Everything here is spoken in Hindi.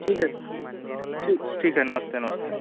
ठीक है ठी ठीक है नमस्ते नमस्ते